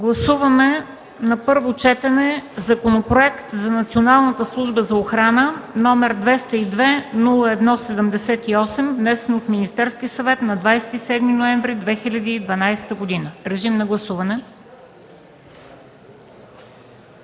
Гласуваме на първо четене Законопроект за Националната служба за охрана, № 202-01-78, внесен от Министерския съвет на 27 ноември 2012 г. Гласували